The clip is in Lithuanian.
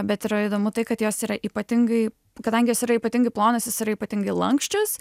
bet yra įdomu tai kad jos yra ypatingai kadangi jos yra ypatingai plonos jos yra ypatingai lanksčios